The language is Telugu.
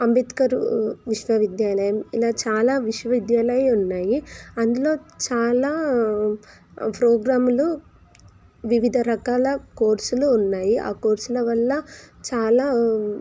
అంబేద్కర్ విశ్వవిద్యాలయం ఇలా చాలా విశ్వవిద్యాలయాలు ఉన్నాయి అందులో చాలా ప్రోగ్రామ్లు వివిధ రకాల కోర్సులు ఉన్నాయి ఆ కోర్సుల వల్ల చాలా